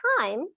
time